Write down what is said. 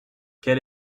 quel